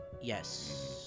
yes